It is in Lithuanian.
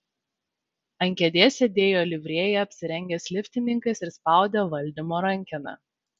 ant kėdės sėdėjo livrėja apsirengęs liftininkas ir spaudė valdymo rankeną